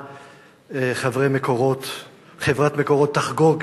חבר הכנסת מג'אדלה,